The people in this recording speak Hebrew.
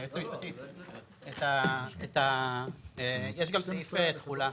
היועצת המשפטית, יש גם סעיף תחילה.